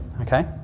okay